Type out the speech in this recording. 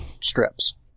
strips